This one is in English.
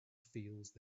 feels